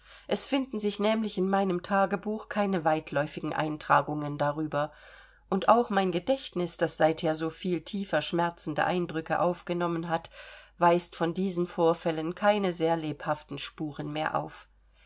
es finden sich nämlich in meinem tagebuch keine weitläufigen eintragungen darüber und auch mein gedächtnis das seither so viel tiefer schmerzende eindrücke aufgenommen hat weist von diesen vorfällen keine sehr lebhaften spuren mehr auf